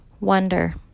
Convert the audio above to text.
Wonder